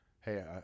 hey